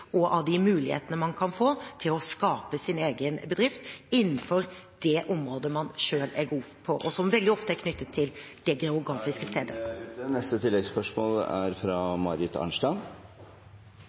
og av de mulighetene man kan få, til å skape sin egen bedrift innenfor det området man selv er god på, og som veldig ofte er knyttet til det